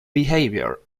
behaviour